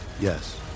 Yes